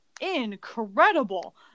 incredible